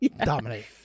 Dominate